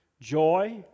joy